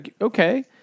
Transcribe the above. okay